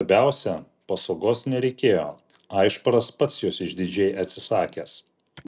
svarbiausia pasogos nereikėjo aišparas pats jos išdidžiai atsisakęs